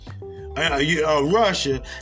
Russia